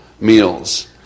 meals